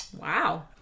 Wow